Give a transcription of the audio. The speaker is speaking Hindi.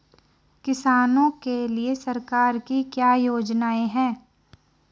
किसानों के लिए सरकार की क्या योजनाएं हैं?